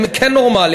הם כן נורמליים,